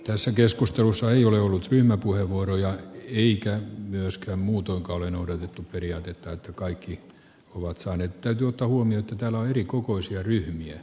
tässä keskustelussa ei ole ollut ryhmäpuheenvuoroja hiihtää myöskään muutoin ole noudatettu periaatetta että kaikki ovat saaneet täytyy ottaa huomioon tämä on erikokoisia ryhmiä